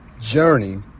journey